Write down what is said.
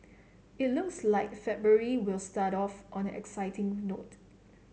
it looks like February will start off on an exciting note